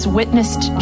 witnessed